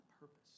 purpose